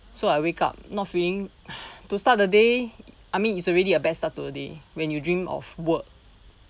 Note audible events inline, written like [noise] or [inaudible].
so I wake up not feeling [breath] to start the day I mean it's already a bad start to a day when you dream of work